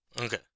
Okay